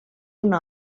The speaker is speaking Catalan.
una